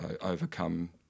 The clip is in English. overcome